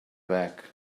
back